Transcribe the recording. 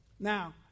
Now